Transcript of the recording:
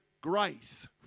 grace